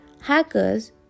hackers